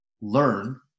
learn